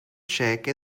cheque